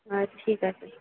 আচ্ছা ঠিক আছে